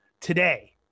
Today